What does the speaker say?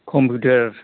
computer